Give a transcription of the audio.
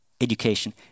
education